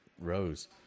rose